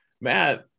Matt